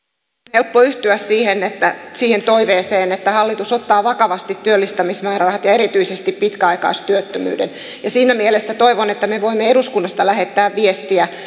helppo yhtyä siihen toiveeseen että hallitus ottaa vakavasti työllistämismäärärahat ja erityisesti pitkäaikaistyöttömyyden siinä mielessä toivon että me voimme eduskunnasta lähettää viestiä